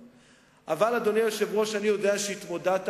אדוני היושב-ראש, אני יודע שגם אתה,